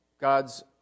God's